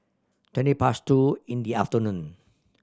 twenty past two in the afternoon